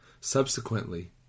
Subsequently